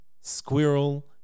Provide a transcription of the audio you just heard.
squirrel